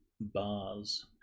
bars